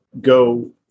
go